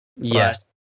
yes